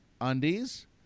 undies